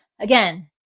Again